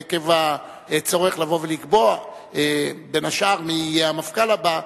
עקב הצורך לבוא ולקבוע בין השאר מי יהיה המפכ"ל הבא,